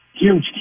Huge